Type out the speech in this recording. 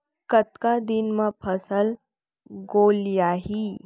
कतका दिन म फसल गोलियाही?